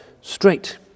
straight